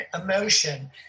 emotion